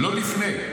לא לפני.